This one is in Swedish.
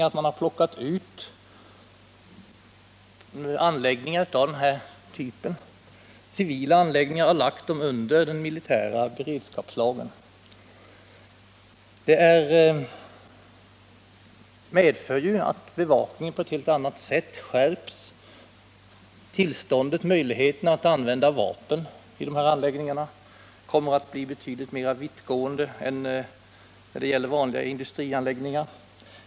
Att man har plockat ut civila anläggningar av den här typen och lagt dem under den militära beredskapslagen är någonting unikt i svensk lagstiftning. Det medför juatt bevakningen på ett helt annat sätt skärps och att tillstånden att använda vapen vid dessa anläggningar kommer att bli betydligt mera vittgående än när det gäller vanliga industrianläggningar.